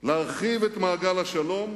להרחיב את מעגל השלום,